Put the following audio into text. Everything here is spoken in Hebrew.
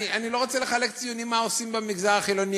אני לא רוצה לחלק ציונים מה עושים במגזר החילוני